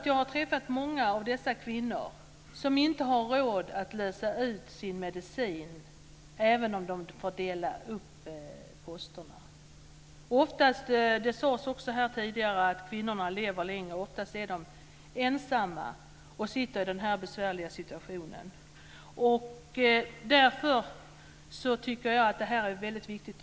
Jag har träffat många av de kvinnor som inte har råd att lösa ut sin medicin, trots att de får dela upp posterna. Det sades här tidigare att kvinnorna lever längre. Oftast är de ensamma och sitter i denna besvärliga situation. Därför tycker jag att detta är väldigt viktigt.